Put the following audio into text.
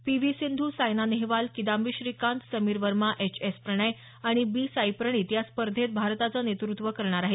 P V Sindhu Saina Nehwal Kidambi Srikanth Sameer Verma H S Prannoy आणि B Sai Praneeth या स्पर्धेत भारताचं नेतृत्व करणार आहेत